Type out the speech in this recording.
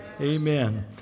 Amen